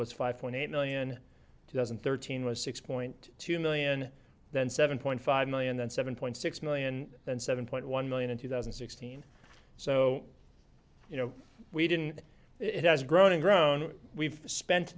was five point eight million doesn't thirteen was six point two million then seven point five million then seven point six million and seven point one million in two thousand and sixteen so you know we didn't it has grown and grown we've spent